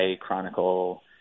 chronicle